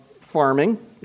farming